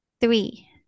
three